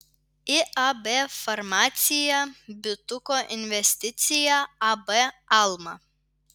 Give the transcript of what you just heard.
iab farmacija bituko investicija ab alma